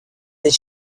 des